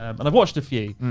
um and i've watched a few,